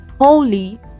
holy